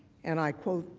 and i quote,